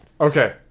Okay